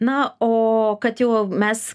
na o kad jau mes